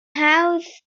hawdd